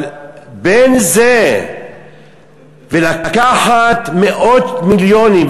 אבל בין זה ולקחת מאות מיליונים,